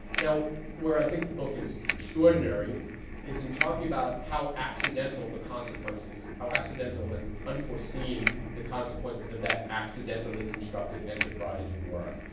now, where i think the book is extraordinary is in talking about how accidental the consequences, how accidental and unforeseen, the consequences of that accidentally constructed enterprise were.